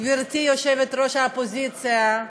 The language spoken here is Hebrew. גברתי יושבת-ראש האופוזיציה,